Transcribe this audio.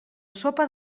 sopa